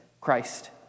Christ